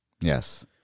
Yes